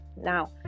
Now